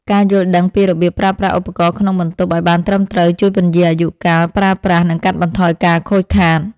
ការយល់ដឹងពីរបៀបប្រើប្រាស់ឧបករណ៍ក្នុងបន្ទប់ឱ្យបានត្រឹមត្រូវជួយពន្យារអាយុកាលប្រើប្រាស់និងកាត់បន្ថយការខូចខាត។